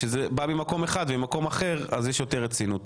כשזה בא ממקום אחר, יש יותר רצינות.